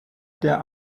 der